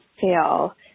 fail